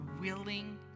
willing